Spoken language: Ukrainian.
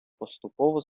поступово